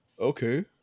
Okay